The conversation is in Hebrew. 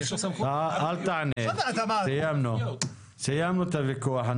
סיימנו את הוויכוח.